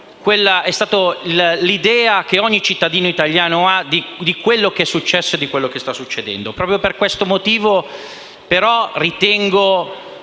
conto dell'idea che ogni cittadino italiano ha di quello che è successo e di quello che sta succedendo. Proprio per questo motivo vorrei